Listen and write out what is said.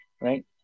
Right